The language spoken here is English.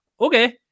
okay